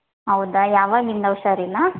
ಹೌದಾ ಯಾವಾಗ್ಲಿಂದ ಹುಷಾರಿಲ್ಲ